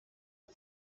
the